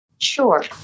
Sure